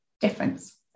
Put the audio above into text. difference